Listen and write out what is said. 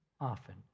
often